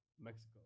Mexico